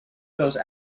those